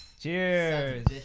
Cheers